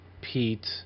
Pete